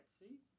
see